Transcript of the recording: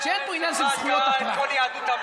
מאמין שיזהר הס אחד גרר את כל יהדות ארצות הברית?